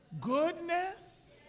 Goodness